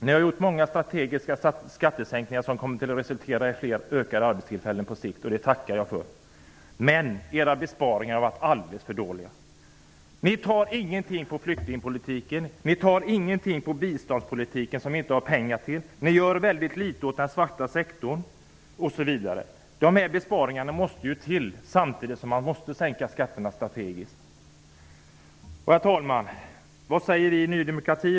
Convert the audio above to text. Ni har gjort många strategiska skattesänkningar som på sikt kommer att resultera i fler arbetstillfällen. Det tackar jag för. Men era besparingar har varit alldeles för dåliga. Ni tar ingenting från flyktingpolitiken och ingenting från biståndspolitiken, som vi egentligen inte har pengar till. Ni gör väldigt litet åt den svarta sektorn osv. Dessa besparingar måste ju till samtidigt som man måste sänka skatterna strategiskt. Herr talman! Vad säger vi då i Ny demokrati?